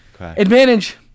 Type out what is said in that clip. Advantage